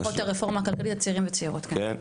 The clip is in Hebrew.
השלכות הרפורמה הכלכלית על צעירים וצעירות כן.